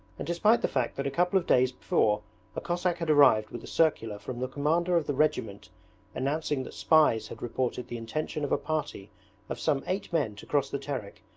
and despite the fact that a couple of days before a cossack had arrived with a circular from the commander of the regiment announcing that spies had reported the intention of a party of some eight men to cross the terek,